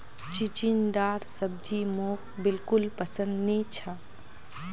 चिचिण्डार सब्जी मोक बिल्कुल पसंद नी छ